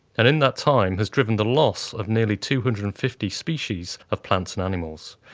and in that time, has driven the loss of nearly two hundred and fifty species of plants and animals.